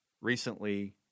recently